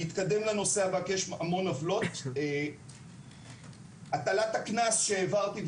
אני אתקדם לנושא הבא כי יש המון עוולות הטלת הקנס שהעברתי,